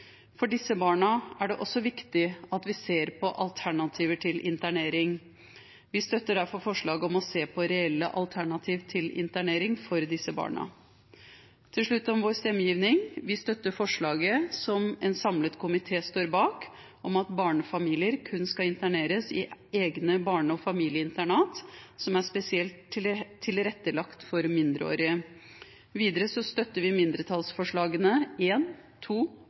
For disse barna er det også viktig at vi ser på alternativer til internering. Vi støtter derfor forslaget om å se på reelle alternativ til internering for disse barna. Til slutt om vår stemmegivning: Vi støtter forslaget til vedtak som en samlet komité står bak om at barnefamilier kun skal interneres i egne barne- og familieinternat som er spesielt tilrettelagt for mindreårige. Videre støtter vi mindretallsforslagene